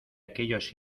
aquellos